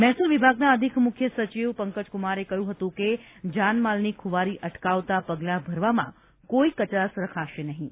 મહેસૂલ વિભાગના અધિક મુખ્ય સચિવ પંકજ કુમારે કહ્યું હતું કે જાનમાલની ખુવારી અટકાવતા પગલા ભરવામાં કોઇ કચાશ રખાશે નહીં